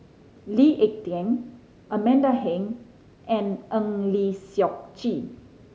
Lee Ek Tieng Amanda Heng and Eng Lee Seok Chee